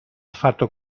fatto